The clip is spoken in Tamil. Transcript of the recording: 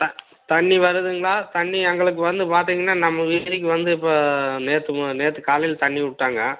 த தண்ணி வருதுங்களா தண்ணி எங்களுக்கு வந்து பார்த்திங்கன்னா நம்ம வீதிக்கு வந்து இப்போ நேற்று நேற்று காலையில தண்ணி விட்டாங்க